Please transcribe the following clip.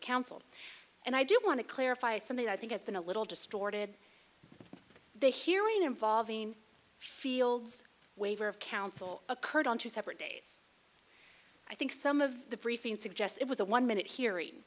counsel and i do want to clarify something i think has been a little distorted the hearing involving field's waiver of counsel occurred on two separate days i think some of the briefing suggest it was a one minute hearing